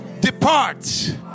depart